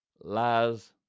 lies